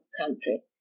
country